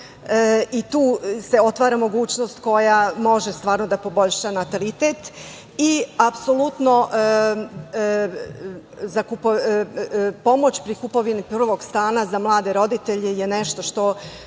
i tu se otvara mogućnost koja može stvarno da poboljša natalitet i apsolutno pomoć pri kupovini prvog stana za mlade roditelje je nešto što